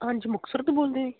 ਹਾਂਜੀ ਮੁਕਤਸਰ ਤੋਂ ਬੋਲਦੇ ਜੀ